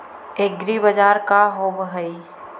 एग्रीबाजार का होव हइ?